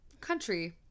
country